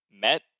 met